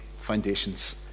foundations